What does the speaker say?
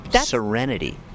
Serenity